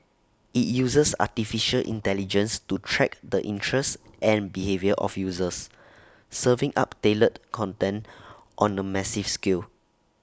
IT uses Artificial Intelligence to track the interests and behaviour of users serving up tailored content on A massive scale